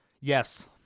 Yes